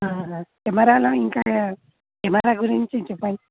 కెమెరాలో ఇంకా కెమెరా గురించి చెప్పండి